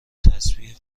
تسبیح